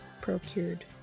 procured